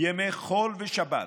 ימי חול ושבת,